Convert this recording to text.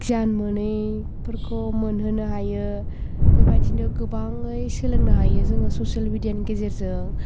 गियान मोनैफोरखौ मोनहोनो हायो बेबायदिनो गोबाङै सोलोंनो हायो जोङो ससियेल मिडिया नि गेजेरजों